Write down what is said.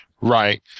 Right